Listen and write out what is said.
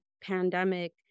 pandemic